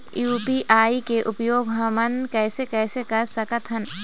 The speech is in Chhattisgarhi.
यू.पी.आई के उपयोग हमन कैसे कैसे कर सकत हन?